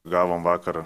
gavom vakar